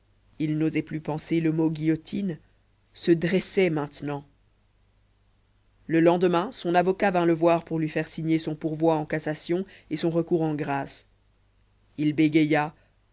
guillotine se dressait maintenant le lendemain son avocat vint le voir pour lui faire signer son pourvoi en cassation et son recours en grâce il bégaya